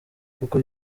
kuko